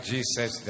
Jesus